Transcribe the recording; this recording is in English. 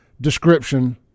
description